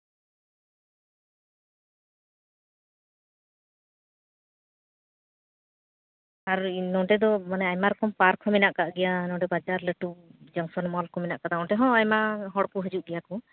ᱟᱨ ᱱᱚᱸᱰᱮ ᱫᱚ ᱟᱭᱢᱟ ᱨᱚᱠᱚᱢ ᱯᱟᱨᱠ ᱦᱚᱸ ᱢᱮᱱᱟᱜ ᱠᱟᱜ ᱜᱮᱭᱟ ᱱᱚᱸᱰᱮ ᱵᱟᱡᱟᱨ ᱞᱟᱹᱴᱩ ᱡᱚᱝᱥᱚᱱ ᱢᱚᱞ ᱠᱚ ᱢᱮᱱᱟᱜ ᱠᱟᱫᱟ ᱚᱸᱰᱮ ᱦᱚᱸ ᱟᱭᱢᱟ ᱦᱚᱲ ᱠᱚ ᱦᱤᱡᱩᱜ ᱜᱮᱭᱟ ᱠᱚ